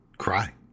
cry